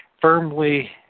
firmly